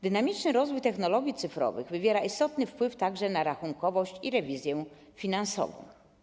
Dynamiczny rozwój technologii cyfrowych wywiera istotny wpływ także na rachunkowość i rewizję finansową.